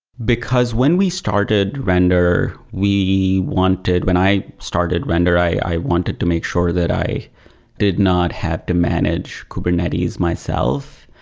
because when we started render, we wanted when i started render, i wanted to make sure that i did not have to manage kubernetes myself,